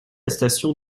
station